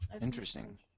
interesting